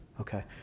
Okay